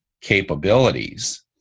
capabilities